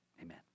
Amen